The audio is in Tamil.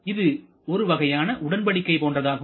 இது ஒருவகையான வகையான உடன்படிக்கை போன்றதாகும்